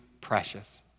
precious